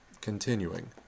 continuing